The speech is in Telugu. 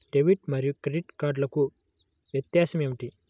డెబిట్ మరియు క్రెడిట్ కార్డ్లకు వ్యత్యాసమేమిటీ?